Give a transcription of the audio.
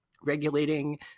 regulating